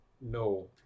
no